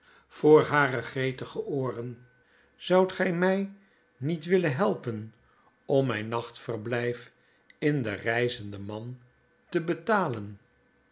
voor hare gretige ooren zoudt gij mij niet willen helpen om mijn nachtverblijf in de reizende man te betalen